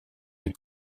les